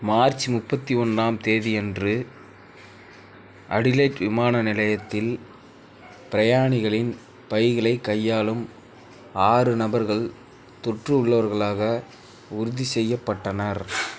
March முப்பத்தி ஒன்றாம் தேதியன்று அடிலைட் விமான நிலையத்தில் பிரயாணிகளின் பைகளை கையாளும் ஆறு நபர்கள் தொற்று உள்ளவர்களாக உறுதிசெய்யப்பட்டனர்